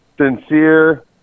Sincere